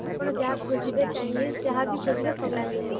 ଆପଣ ଯାହା ଖୋଜିବେ ଚାଇନୀଜ୍ ଯାହା ବି ଖୋଜିବେ ସବୁ ମିଳିବ